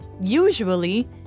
Usually